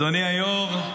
אדוני היושב-ראש,